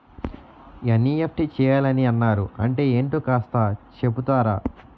NEFT చేయాలని అన్నారు అంటే ఏంటో కాస్త చెపుతారా?